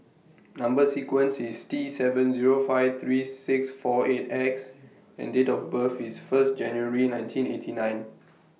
Number sequence IS T seven Zero five three six four eight X and Date of birth IS First January nineteen eighty nine